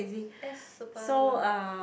that's super long